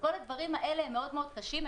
וכל הדברים האלה מאוד מאוד קשים,